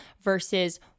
versus